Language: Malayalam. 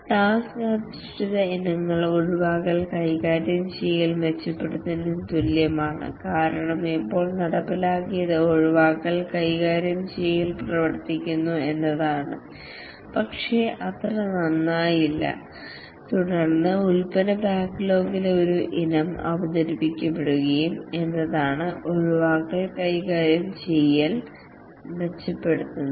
ടാസ്ക് അധിഷ്ഠിത ഇനങ്ങൾ ഒഴിവാക്കൽ കൈകാര്യം ചെയ്യൽ മെച്ചപ്പെടുത്തുന്നതിന് തുല്യമാണ് കാരണം ഇപ്പോൾ നടപ്പിലാക്കിയത് ഒഴിവാക്കൽ കൈകാര്യം ചെയ്യൽ പ്രവർത്തിക്കുന്നു എന്നതാണ് പക്ഷേ അത്ര നന്നായില്ല തുടർന്ന് പ്രോഡക്ട് ബാക്ക്ലോഗിലെ ഒരു ഇനം അവതരിപ്പിക്കപ്പെടും എന്നതാണ് ഒഴിവാക്കൽ കൈകാര്യം ചെയ്യൽ മെച്ചപ്പെടുത്തുന്നത്